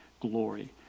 glory